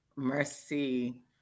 Mercy